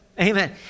Amen